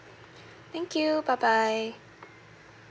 thank you bye bye